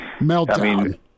Meltdown